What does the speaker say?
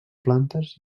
plantes